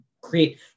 create